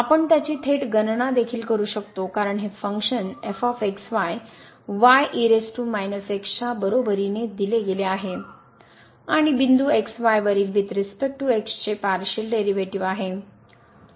आपण त्याची थेट गणना देखील करू शकतो कारण हे फंक्शन f x y च्या बरोबरीने दिले गेले आहे आणि बिंदू x yवरील वुईथ रिस्पेक्ट टू x चे पार्शिअल डेरीवेटीव आहे